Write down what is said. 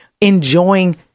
enjoying